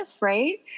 Right